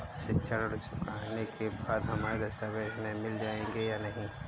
शिक्षा ऋण चुकाने के बाद हमारे दस्तावेज हमें मिल जाएंगे या नहीं?